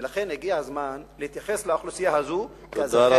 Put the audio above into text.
ולכן, הגיע הזמן להתייחס לאוכלוסייה הזאת כאזרחי